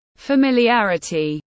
familiarity